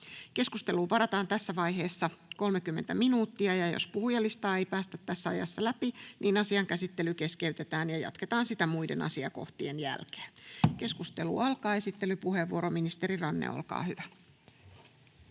Keskusteluun varataan tässä vaiheessa 30 minuuttia. Jos puhujalistaa ei päästä tässä ajassa läpi, asian käsittely keskeytetään ja sitä jatketaan muiden asiakohtien jälkeen. — Keskustelu alkaa. Esittelypuheenvuoro, ministeri Ranne, olkaa hyvä.